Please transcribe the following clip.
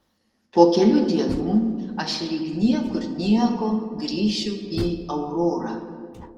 po kelių dienų aš lyg niekur nieko grįšiu į aurorą